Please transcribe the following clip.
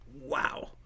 wow